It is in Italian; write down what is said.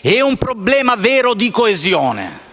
È un problema vero di coesione.